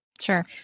Sure